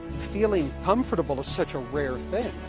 feeling comfortable is such a rare thing